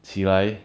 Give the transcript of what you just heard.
起来